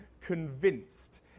convinced